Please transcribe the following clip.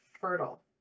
fertile